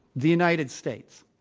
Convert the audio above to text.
the united states.